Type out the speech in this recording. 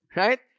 right